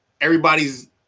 everybody's